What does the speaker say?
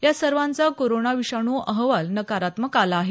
या सर्वांचा कोरोना विषाणू अहवाल नकारात्मक आला आहे